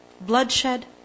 bloodshed